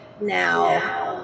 now